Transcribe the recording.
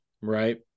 right